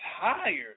tired